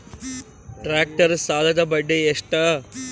Tractor ಸಾಲದ್ದ ಬಡ್ಡಿ ಎಷ್ಟ?